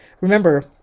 remember